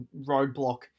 roadblock